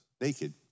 naked